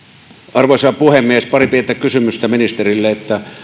arvoisa puhemies pari pientä kysymystä ministerille